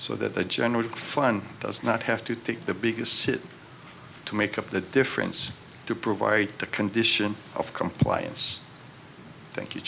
so that the general fund does not have to take the biggest hit to make up the difference to provide the condition of compliance thank you